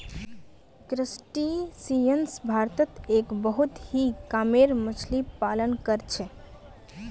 crustaceans भारतत एक बहुत ही कामेर मच्छ्ली पालन कर छे